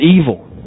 evil